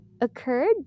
occurred